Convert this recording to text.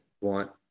want